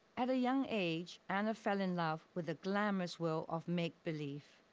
at a young age, anna fell in love with the glamorous world of make-believe.